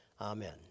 Amen